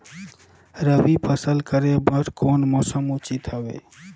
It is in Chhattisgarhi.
रबी फसल करे बर कोन मौसम उचित हवे?